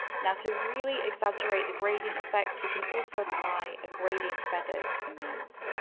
now to really exaggerate the gradient effects, we can also apply a gradient feather to the moons.